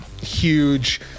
huge